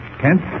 Kent